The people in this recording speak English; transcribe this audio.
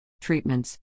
Treatments